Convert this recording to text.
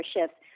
shifts